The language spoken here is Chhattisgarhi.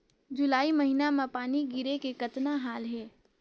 जुलाई महीना म पानी गिरे के कतना हाल हे?